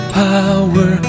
power